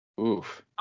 Oof